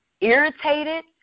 irritated